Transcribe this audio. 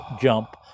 jump